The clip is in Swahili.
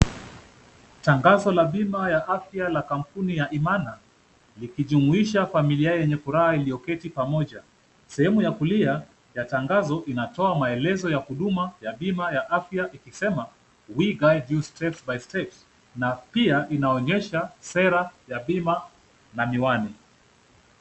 Tangazo la bima ya afya la kampuni ya Imana likijumuisha familia yenye furaha iliyoketi pamoja, sehemu ya kulia ya tangazo inatoa maelezo ya huduma ya bima ya afya ikisema we guide you step by step na pia inaonyesha sera ya bima na miwani.